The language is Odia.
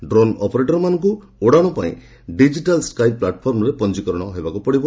ଡ୍ରୋନ୍ ଅପରେଟରମାନଙ୍କୁ ଉଡ଼ାଣ ପାଇଁ ଡିକିଟାଲ୍ ସ୍କାଇ ପ୍ଲାଟଫର୍ମରେ ପଞ୍ଜିକରଣ କରିବାକୁ ପଡ଼ିବ